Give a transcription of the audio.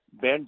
Ben